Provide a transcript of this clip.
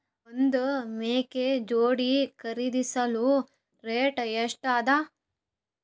ಒಂದ್ ಮೇಕೆ ಜೋಡಿ ಖರಿದಿಸಲು ರೇಟ್ ಎಷ್ಟ ಅದ?